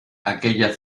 aquellas